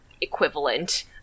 equivalent